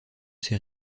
ses